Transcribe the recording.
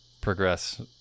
progress